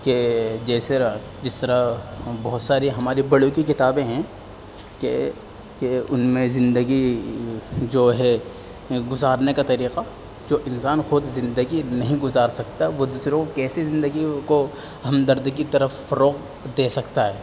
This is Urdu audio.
کہ جیسے جس طرح بہت ساری ہماری بڑوں کی کتابیں ہیں کہ کہ ان میں زندگی جو ہے گزارنے کا طریقہ جو انسان خود زندگی نہیں گزار سکتا وہ دوسروں کو کیسے زندگی کو ہمدردی کی طرف رخ دے سکتا ہے